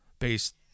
based